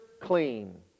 Clean